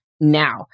now